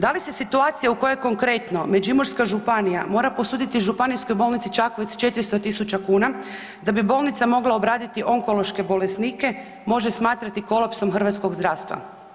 Da li se situacija u kojoj konkretno Međimurska županija mora posuditi Županijskoj bolnici Čakovec 400.000 kuna da bi bolnica mogla obraditi onkološke bolesnike može smatrati kolapsom hrvatskog zdravstva?